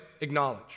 acknowledge